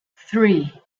three